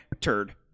turd